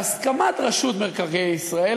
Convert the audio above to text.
בהסכמת רשות מקרקעי ישראל,